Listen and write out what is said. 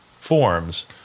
forms